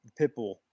Pitbull